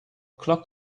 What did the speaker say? clock